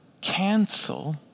cancel